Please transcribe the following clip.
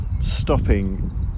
stopping